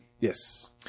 Yes